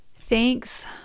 Thanks